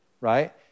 right